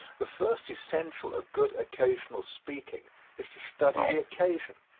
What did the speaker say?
the first essential of good occasional speaking is to study the occasion.